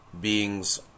beings